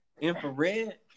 infrared